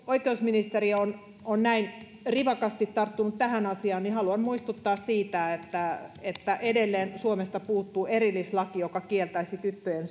oikeusministeriö on on näin rivakasti tarttunut tähän asiaan niin haluan muistuttaa siitä että että edelleen suomesta puuttuu erillislaki joka kieltäisi tyttöjen